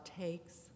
takes